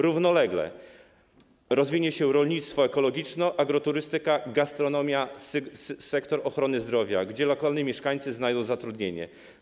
Równolegle rozwiną się rolnictwo ekologiczne, agroturystyka, gastronomia, sektor ochrony zdrowia, gdzie lokalni mieszkańcy znajdą zatrudnienie.